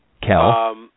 Cal